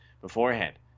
beforehand